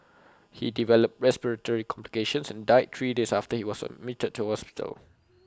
he developed respiratory complications and died three days after he was admitted to hospital